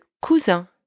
cousin